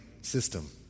system